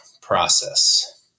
process